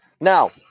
Now